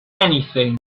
anything